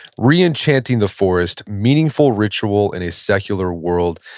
re-enchanting the forest meaningful ritual in a secular world.